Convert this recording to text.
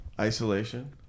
isolation